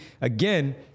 again